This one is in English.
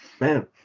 Man